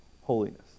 holiness